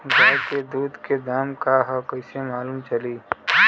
गाय के दूध के दाम का ह कइसे मालूम चली?